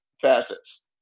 facets